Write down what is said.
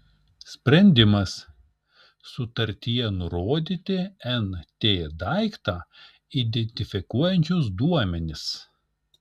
sprendimas sutartyje nurodyti nt daiktą identifikuojančius duomenis